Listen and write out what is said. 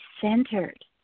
centered